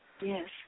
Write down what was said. Yes